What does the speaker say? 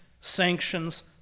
sanctions